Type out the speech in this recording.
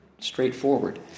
straightforward